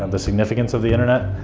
um the significance of the internet?